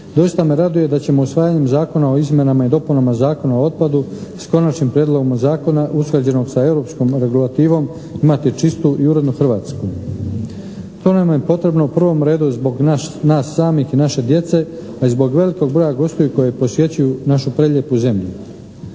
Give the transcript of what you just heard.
Doista me raduje da ćemo usvajanjem Zakona o izmjenama i dopunama Zakona o otpadu sa Konačnim prijedlogom Zakona usklađenog sa europskom regulativom imati čistu i urednu Hrvatsku. To nam je potrebno u prvom redu zbog nas samih i naše djece, ali i zbog velikog broja gostiju koji posjećuju našu prelijepu zemlju.